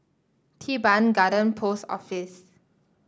Teban Garden Post Office